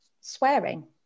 swearing